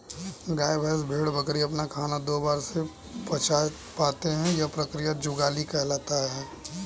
गाय, भैंस, भेड़, बकरी अपना खाना दो बार में पचा पाते हैं यह क्रिया जुगाली कहलाती है